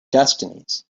destinies